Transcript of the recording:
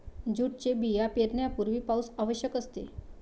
जूटचे बिया पेरण्यापूर्वी पाऊस आवश्यक असते